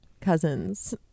cousins